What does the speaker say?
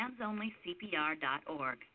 handsonlycpr.org